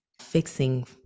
fixing